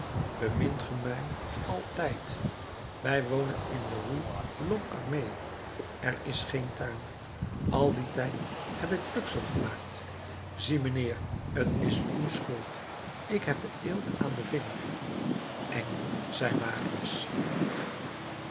bemint ge mij altijd wij wonen in de rue lhomme armé er is geen tuin al dien tijd heb ik pluksel gemaakt zie mijnheer t is uw schuld ik heb eelt aan den vinger engel zei marius